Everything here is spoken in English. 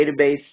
database